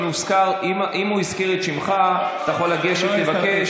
אם הוא הזכיר את שמך, אתה יכול לגשת ולבקש.